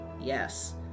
Yes